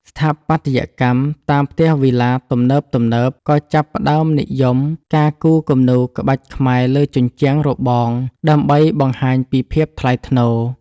ស្ថាបត្យកម្មតាមផ្ទះវីឡាទំនើបៗ ក៏ចាប់ផ្ដើមនិយមការគូរគំនូរក្បាច់ខ្មែរលើជញ្ជាំងរបង ដើម្បីបង្ហាញពីភាពថ្លៃថ្នូរ។